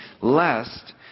lest